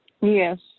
Yes